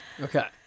Okay